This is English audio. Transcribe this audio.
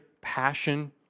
passion